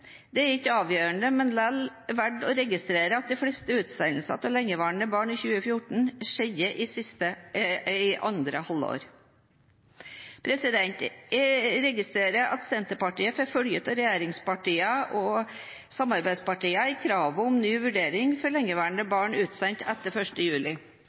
er ikke avgjørende, men likevel verdt å registrere at de fleste utsendelsene av lengeværende barn i 2014 skjedde i andre halvår. Jeg registrerer at Senterpartiet får følge av regjeringspartiene og samarbeidspartiene i kravet om ny vurdering for lengeværende barn utsendt etter 1. juli.